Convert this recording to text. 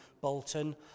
Bolton